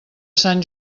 sant